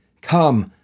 come